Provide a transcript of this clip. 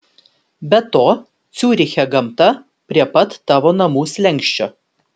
be to ciuriche gamta prie pat tavo namų slenksčio